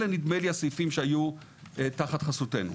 אלה נדמה לי הסעיפים שהיו תחת חסותנו.